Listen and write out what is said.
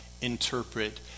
interpret